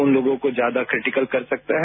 उन लोगों को ज्यादा क्रिटिकल कर सकता है